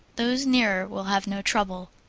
those nearer will have no trouble,